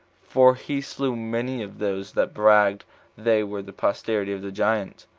for he slew many of those that bragged they were the posterity of the giants,